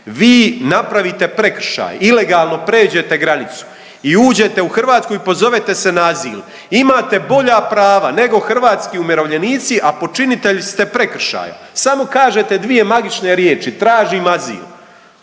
Vi napravite prekršaj, ilegalno pređete granicu i uđete u Hrvatsku i pozovete se na azil, imate bolja prava nego hrvatski umirovljenici, a počinitelji ste prekršaja, samo kažete dvije magične riječi „tražim azil“,